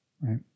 right